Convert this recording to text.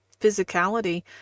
physicality